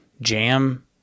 jam